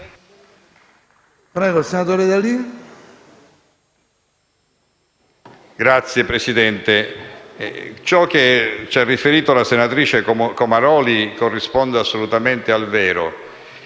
Signor Presidente, ciò che ci ha riferito la senatrice Comaroli corrisponde assolutamente al vero.